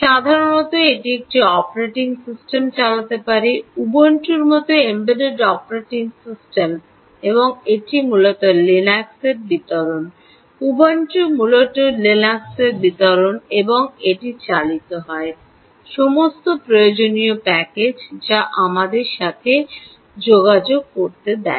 সাধারণত এটি একটি অপারেটিং সিস্টেম চালাতে পারে উবুন্টুর মতো এমবেডেড অপারেটিং সিস্টেম এবং এটি মূলত লিনাক্স বিতরণ উবুন্টু মূলত লিনাক্স বিতরণ এবং এটি চালিত হয় সমস্ত প্রয়োজনীয় প্যাকেজ এর মাধ্যমে যা আমাদের সাথে যোগাযোগ করতে দেয়